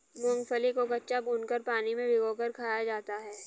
मूंगफली को कच्चा, भूनकर, पानी में भिगोकर खाया जाता है